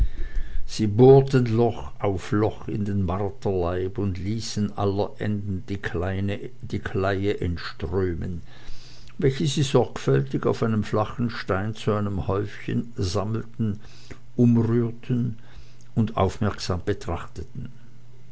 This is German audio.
sie bohrten loch auf loch in den marterleib und ließen aller enden die kleie entströmen welche sie sorgfältig auf einem flachen steine zu einem häufchen sammelten umrührten und aufmerksam betrachteten